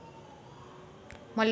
मले दोन लाख रूपे काढता येईन काय?